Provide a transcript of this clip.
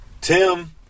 Tim